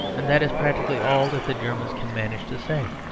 and that is practically all that the germans can manage to say.